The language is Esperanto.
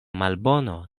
malbono